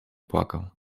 płakał